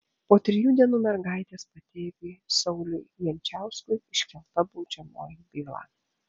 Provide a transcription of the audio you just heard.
po trijų dienų mergaitės patėviui sauliui jančiauskui iškelta baudžiamoji byla